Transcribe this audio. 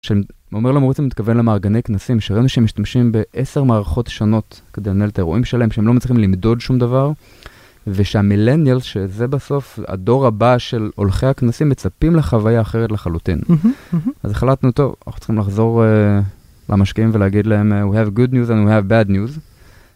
שאומר למרצים, מתכוון למארגני כנסים, שראינו שהם משתמשים בעשר מערכות שונות כדי לנהל את האירועים שלהם, שהם לא מצליחים למדוד שום דבר, ושהמילניאל, שזה בסוף הדור הבא של הולכי הכנסים, מצפים לחוויה אחרת לחלוטין. אז החלטנו, טוב, אנחנו צריכים לחזור למשקיעים ולהגיד להם, We have good news and we have bad news.